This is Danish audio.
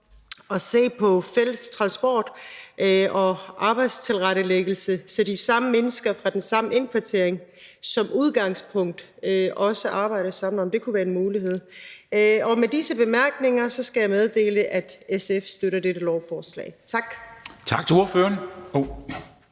at se på fælles transport og arbejdstilrettelæggelse, så de samme mennesker fra den samme indkvartering som udgangspunkt også arbejder sammen, og om det kunne være en mulighed. Med disse bemærkninger skal jeg meddele, at SF støtter dette lovforslag. Tak. Kl. 14:09 Formanden